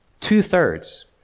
Two-thirds